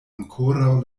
ankoraŭ